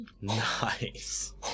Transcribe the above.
Nice